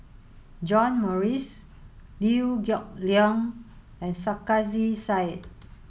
John Morrice Liew Geok Leong and Sarkasi Said